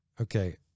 okay